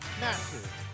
massive